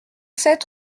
sept